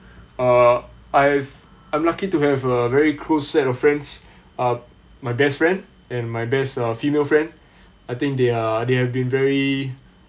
uh I've I'm lucky to have a very close set of friends uh my best friend and my best female friend I think they are they have been very